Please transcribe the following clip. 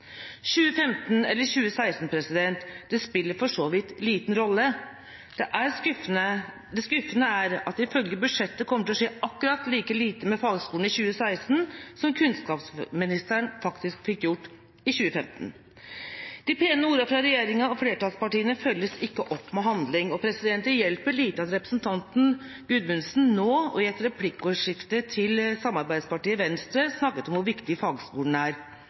2015 eller 2016 – det spiller for så vidt liten rolle. Det skuffende er at ifølge budsjettet kommer det til å skje akkurat like lite med fagskolen i 2016 som kunnskapsministeren faktisk fikk gjort i 2015. De pene ordene fra regjeringa og flertallspartiene følges ikke opp med handling, og det hjelper lite at representanten Gudmundsen nå og i et replikkordskifte med samarbeidspartiet Venstre snakket om hvor viktig fagskolen er.